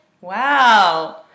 Wow